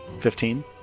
Fifteen